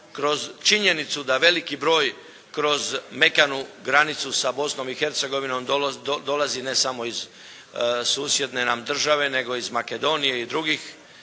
kroz činjenicu da veliki broj kroz mekanu granicu sa Bosnom i Hercegovinom dolazi ne samo iz susjedne nam države nego iz Makedonije i drugih